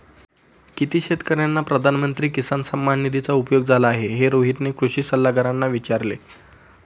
किती शेतकर्यांना प्रधानमंत्री किसान सन्मान निधीचा उपयोग झाला आहे, हे रोहितने कृषी सल्लागारांना विचारले